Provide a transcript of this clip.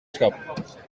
schap